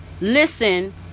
listen